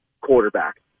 quarterback